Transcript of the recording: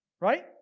right